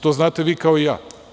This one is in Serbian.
To znate i vi, kao i ja.